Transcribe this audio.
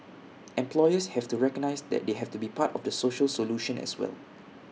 employers have to recognise that they have to be part of the social solution as well